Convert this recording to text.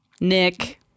Nick